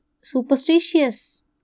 superstitious